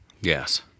Yes